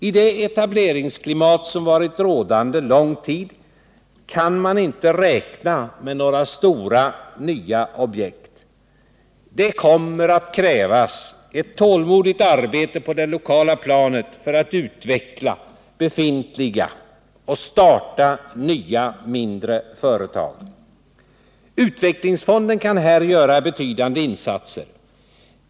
I det etableringsklimat som varit rådande lång tid kan man inte räkna med några stora nya objekt. Det kommer att krävas ett tålmodigt arbete på det lokala planet för att utveckla befintliga och starta nya mindre företag. Utvecklingsfonden kan här göra betydande insatser.